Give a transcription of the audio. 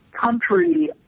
country